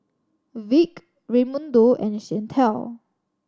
Vick Raymundo and Chantel